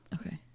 Okay